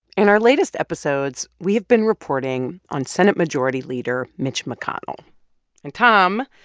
in our latest episodes, we've been reporting on senate majority leader mitch mcconnell and tom,